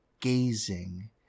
gazing